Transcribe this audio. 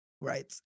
right